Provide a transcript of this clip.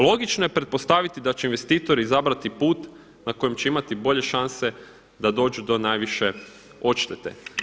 Logično je pretpostaviti da će investitori izabrati put na kojem će imati bolje šanse da dođu do najviše odštete.